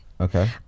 okay